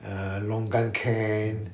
uh longan can